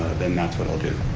then that's what i'll do.